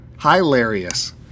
hilarious